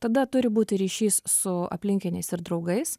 tada turi būti ryšys su aplinkiniais ir draugais